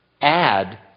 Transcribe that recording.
add